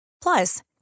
Plus